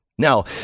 Now